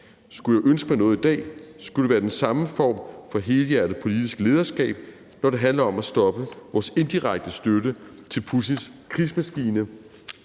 Skulle jeg ønske mig noget i dag, skulle det være den samme form for helhjertet politisk lederskab, når det handler om at stoppe vores indirekte støtte til Putins krigsmaskine